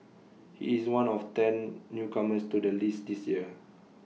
he is one of ten newcomers to the list this year